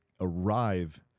Arrive